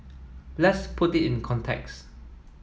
let's put it in context